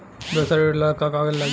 व्यवसाय ऋण ला का का कागज लागी?